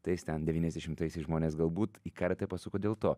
tais ten devyniasdešimtaisiais žmonės galbūt į karatė pasuko dėl to